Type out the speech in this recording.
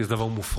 כי זה דבר מופרך.